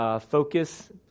Focus